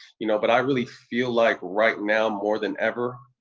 you know, but i really feel like right now, more than ever,